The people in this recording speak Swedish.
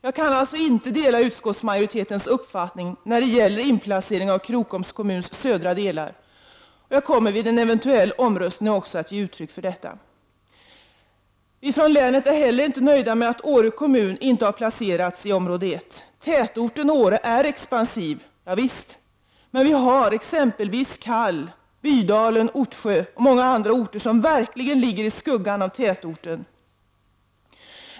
Jag kan alltså inte dela utskottsmajoritetens uppfattning när det gäller inplaceringen av Krokom kommuns södra delar, och jag kommer vid en eventuell omröstning också att ge uttryck för detta. Vi från länet är heller inte nöjda med att Åre kommun inte har placerats i område 1. Tätorten Åre är expansiv. Ja visst, men vi har exempelvis Kallsedet, Bydalen, Ottsjö och många andra orter som verkligen ligger i skuggan av tätorter.